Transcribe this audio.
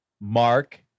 Mark